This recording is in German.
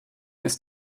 ist